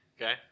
Okay